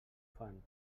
fan